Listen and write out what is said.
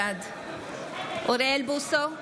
בעד אוריאל בוסו,